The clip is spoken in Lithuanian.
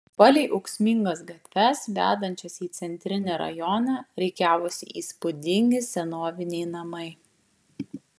palei ūksmingas gatves vedančias į centrinį rajoną rikiavosi įspūdingi senoviniai namai